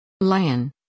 Lion